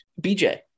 BJ